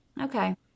Okay